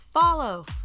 Follow